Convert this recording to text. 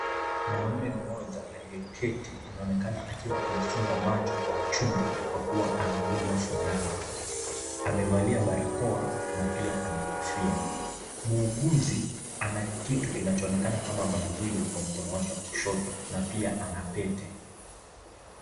Mwanaume mmoja aliye keti anaonekana akiwa anafunga macho kwa uchungu kwa kuwa anadungwa sindano. Amevalia barakoa na pia ana kofia. Muuguzi ana kitu kinacho onekana kama bangili kwa mkono wake wa kushoto na pia ana pete.